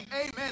amen